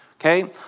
okay